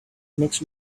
makes